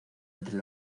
entre